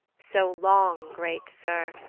so long, great sir,